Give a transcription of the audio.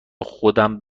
خودم